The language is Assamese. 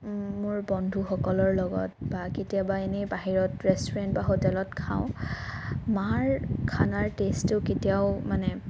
মোৰ বন্ধুসকলৰ লগত বা কেতিয়াবা এনেই বাহিৰত ৰেষ্টুৰেণ্ট বা হোটেলত খাওঁ মাৰ খানাৰ টেষ্টটো কেতিয়াও মানে